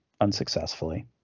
unsuccessfully